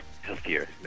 healthier